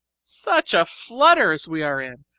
such a flutter as we are in!